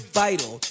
vital